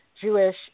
Jewish